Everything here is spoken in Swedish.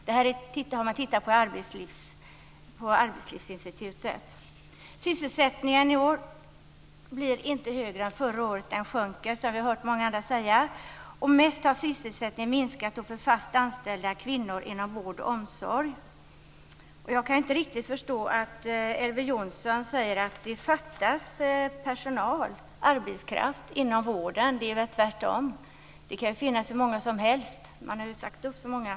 Det här har man undersökt på Arbetslivsinstitutet. Sysselsättningen i år blir inte högre än förra året. Den sjunker, som vi har hört många andra säga. Mest har sysselsättningen minskat för fast anställda kvinnor inom vård och omsorg. Jag kan inte riktigt förstå att Elver Jonsson säger att det fattas personal, arbetskraft, inom vården. Det är väl tvärtom. Det kan finnas hur många som helst, man har ju sagt upp så många.